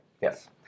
Yes